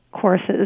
courses